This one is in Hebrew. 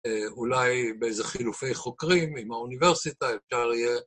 אולי באיזה חילופי חוקרים עם האוניברסיטה, אפשר יהיה.